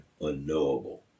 unknowable